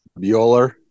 Bueller